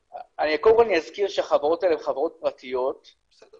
קודם כל אני אזכיר שהחברות האלה הן חברות פרטיות ואם